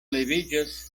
leviĝas